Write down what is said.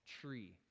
tree